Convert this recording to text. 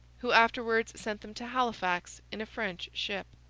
who afterwards sent them to halifax in a french ship.